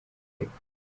y’epfo